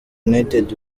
united